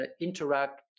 interact